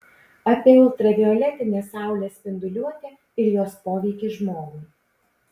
apie ultravioletinę saulės spinduliuotę ir jos poveikį žmogui